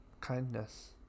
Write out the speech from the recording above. kindness